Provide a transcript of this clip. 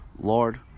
Lord